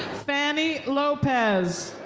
fanny lopez.